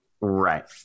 right